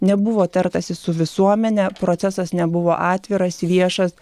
nebuvo tartasi su visuomene procesas nebuvo atviras viešas